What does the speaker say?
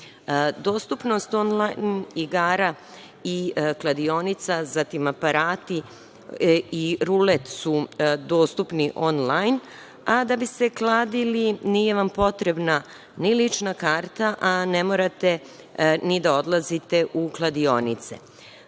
Dostupnost onlajn igara i kladionica, zatim, aparati i rulet su dostupni onlajn, a da bi se kladili nije vam potrebna ni lična karata, a ne morate ni da odlazite u kladionice.